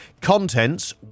contents